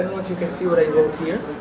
you can see what i wrote here.